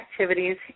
activities